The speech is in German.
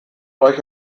euch